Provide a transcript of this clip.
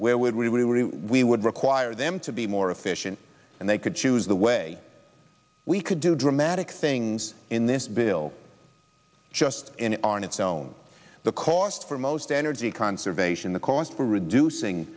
where would we would we would require them to be more efficient and they could choose the way we could do dramatic things in this bill just in on its own the cost for most energy conservation the cost for reducing